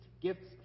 gifts